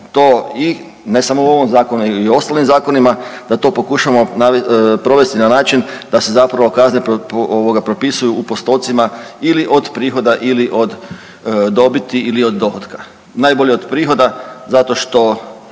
to i ne samo u ovom Zakonu nego i u ostalim Zakonima, da to pokušamo provesti na način da se zapravo kazne ovoga propisuju u postocima ili od prihoda ili od dobiti ili od dohotka. Najbolje od prihoda zato što